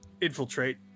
infiltrate